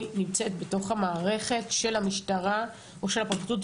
נמצאת בתוך המערכת של המשטרה או של הפרקליטות.